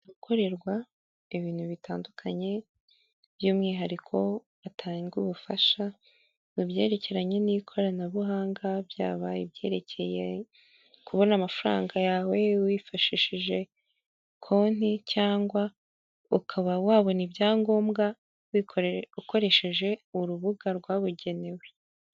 Gukorerwa ibintu bitandukanye by'umwihariko batanga ubufasha mu byerekeranye ni ikoranabuhanga byaba ibyerekeye kubona amafaranga yawe wifashishije konti cyangwa ukaba wabona ibyangobwa ukoresheje urubuga rwabugenewe.